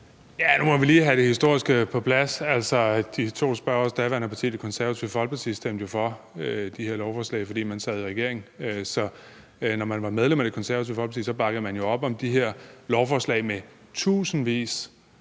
Nu må vi lige have det historiske på plads. Altså, de to spørgeres daværende parti, Det Konservative Folkeparti, stemte jo for de her lovforslag, fordi man sad i regering. Så når man var medlem af Det Konservative Folkeparti, bakkede man jo op om de her lovforslag med tusindvis